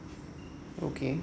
okay